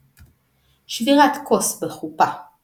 מקצת מהמנהגים שהם זכר למקדש